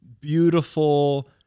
beautiful